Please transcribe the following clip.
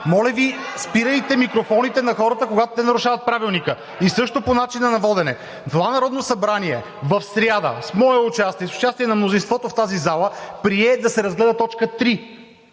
спирайте микрофоните на хората, когато те нарушават Правилника! И също по начина на водене – това Народно събрание в сряда, с мое участие и с участие на мнозинството в тази зала, прие да се разгледа точка